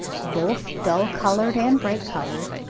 both dull-coloured and bright-coloured,